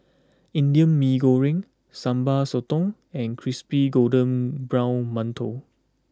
Indian Mee Goreng Sambal Sotong and Crispy Golden Brown Mantou